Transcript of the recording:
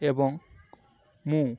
ଏବଂ ମୁଁ